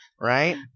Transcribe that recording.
right